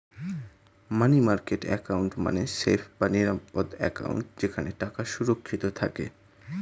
মানি market account মানে safe বা নিরাপদ অ্যাকাউন্ট যেখানে টাকা সুরক্ষিত থাকে